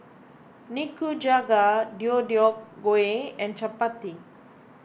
Nikujaga Deodeok Gui and Chapati